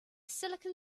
silicon